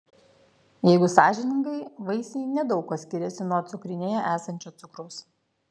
jeigu sąžiningai vaisiai nedaug kuo skiriasi nuo cukrinėje esančio cukraus